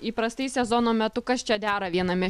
įprastai sezono metu kas čia dera viename